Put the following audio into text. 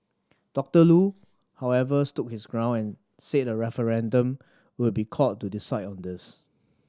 Doctor Loo however stood his ground and said a referendum could be called to decide on this